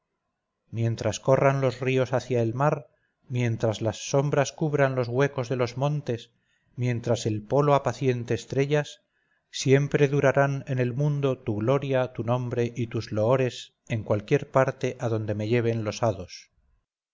mientras corran los ríos hacia el mar mientras las sombras cubran los huecos de los montes mientras el polo apaciente estrellas siempre durarán en el mundo tu gloria tu nombre y tus loores en cualquier parte adonde me lleven los hados